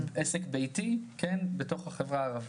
אנחנו, זה כבר בעבודה.